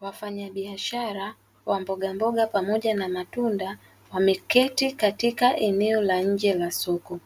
Wafanyabiashara wa mbogamboga pamoja na matunda wameketi katika eneo la nje la soko,